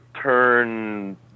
turn